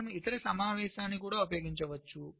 మనము ఇతర సమావేశాన్ని కూడా ఉపయోగించవచ్చు